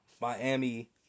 Miami